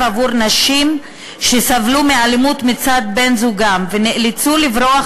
עבור נשים שסבלו מאלימות מצד בן-זוגן ונאלצו לברוח